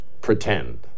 pretend